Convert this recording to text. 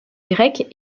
grecs